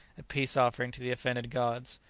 a peace-offering to the offended gods.